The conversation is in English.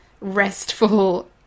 restful